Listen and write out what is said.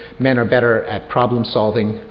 men are better at problem solving,